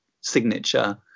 signature